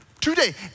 Today